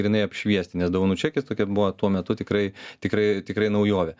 grynai apšviesti nes dovanų čekis tokia buvo tuo metu tikrai tikrai tikrai naujovė